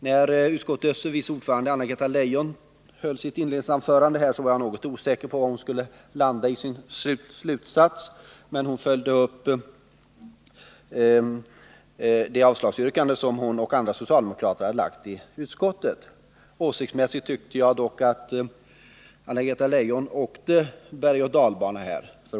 När utskottets vice ordförande, Anna-Greta Leijon, höll sitt inledningsanförande, var jag något osäker på var hon skulle landa i sin slutsats. Men hon följde upp det avslagsyrkande som hon och andra socialdemokrater har lagt fram i utskottet. Jag tyckte dock att Anna-Greta Leijon åsiktsmässigt åkte bergoch dalbana.